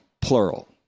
plural